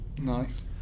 Nice